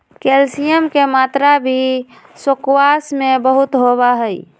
calcium के मात्रा भी स्क्वाश में बहुत होबा हई